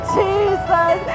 jesus